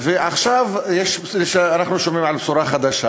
ועכשיו אנחנו שומעים על בשורה חדשה,